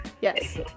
yes